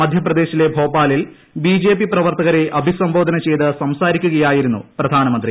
മധ്യപ്രദേശിലെ ഭോപ്പാലിൽ B J P പ്രവർത്തകരെ അഭിസംബോധന ചെയ്ത് സംസാരിക്കുയായിരുന്നു പ്രധാനമന്ത്രി